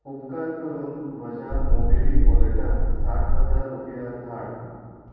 उपकार करून म्हज्या मोबिक्विक वॉलेटांत साठ हजार रुपया धाड